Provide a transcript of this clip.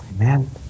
Amen